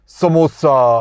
Samosa